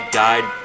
died